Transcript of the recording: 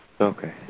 Okay